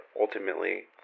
ultimately